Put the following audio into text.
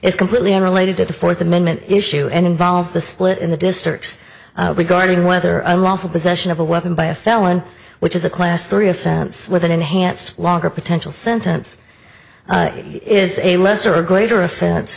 is completely unrelated to the fourth amendment issue and involves the split in the district regarding whether unlawful possession of a weapon by a felon which is a class three offense with an enhanced longer potential sentence is a lesser or greater offense